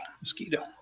mosquito